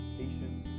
patience